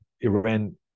Iran